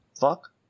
fuck